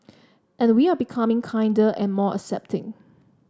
and we are becoming kinder and more accepting